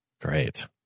Great